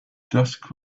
dusk